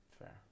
Fair